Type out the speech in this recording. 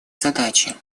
задачи